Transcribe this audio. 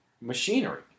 machinery